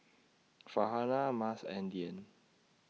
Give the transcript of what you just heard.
Farhanah Mas and Dian